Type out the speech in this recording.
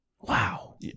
Wow